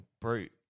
brute